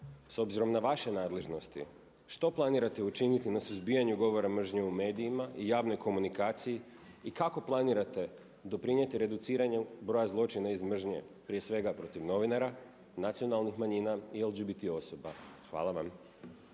s obzirom na vaše nadležnosti što planirate učiniti na suzbijanju govora mržnje u medijima i javne komunikaciji i kako planirate doprinijeti reduciranju broja zločina iz mržnje prije svega protiv novinara, nacionalnih manjina i LGBT osoba? Hvala vam.